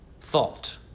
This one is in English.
thought